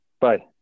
Bye